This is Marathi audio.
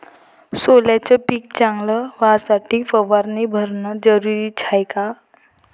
सोल्याचं पिक चांगलं व्हासाठी फवारणी भरनं जरुरी हाये का?